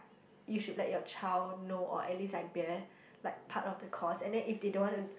you should let your child know or at least like bear like part of the cost and then if they don't want to